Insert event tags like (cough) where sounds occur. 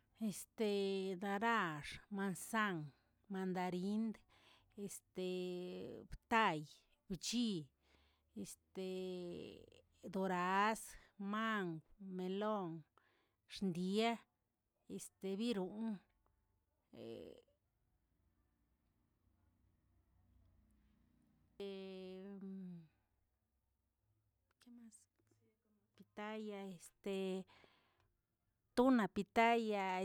(hesitation) darax, mansan, mandarind, este btay, wchii, (hesitation) doraz, mangw, melon, xndieꞌ, (hesitation) bironꞌn, (hesitation) (hesitation) que mas? Este pitaya, (hesitation) tona, pitaya,